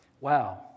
Wow